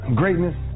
greatness